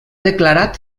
declarat